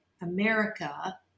America